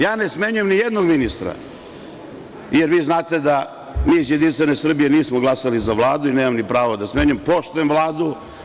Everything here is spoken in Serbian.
Ja ne smenjujem nijednog ministra, jer, vi znate da mi iz JS nismo glasali za Vladu, nemam ni pravo da smenjujem, poštujem Vladu.